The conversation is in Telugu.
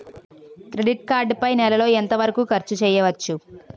క్రెడిట్ కార్డ్ పై నెల లో ఎంత వరకూ ఖర్చు చేయవచ్చు?